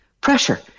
pressure